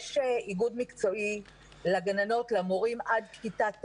יש איגוד מקצועי, לגננות ולמורים עד כיתה ט',